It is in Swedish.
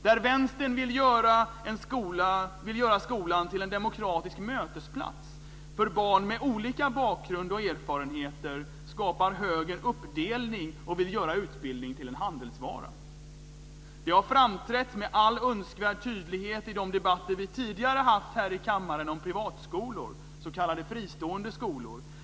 Där vänstern vill göra skolan till en demokratisk mötesplats för barn med olika bakgrund och erfarenheter skapar högern uppdelning och vill göra utbildning till en handelsvara. Det har framträtt med all önskvärd tydlighet i de debatter vi tidigare haft här i kammaren om privatskolor, s.k. fristående skolor.